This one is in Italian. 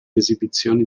esibizioni